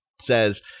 says